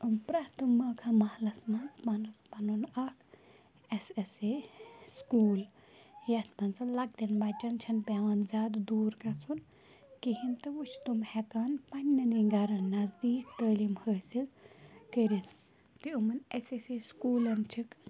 پرٛٮ۪تھ ماکا محلَس منٛز پَنُن پَنُن اَکھ اٮ۪س اٮ۪س اے سٕکوٗل یَتھ منٛز لۄکٹٮ۪ن بَچَن چھَنہٕ پٮ۪وان زیادٕ دوٗر گژھُن کِہیٖنۍ تہٕ وۄنۍ چھِ تِم ہٮ۪کان پنٛنٮ۪نٕے گَرَن نَزدیٖک تعٲلیٖم حٲصِل کٔرِتھ تہِ یِمَن اٮ۪س اٮ۪س اے سٕکوٗلَن چھِکھ